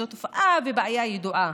זו תופעה ובעיה ידועה,